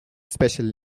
special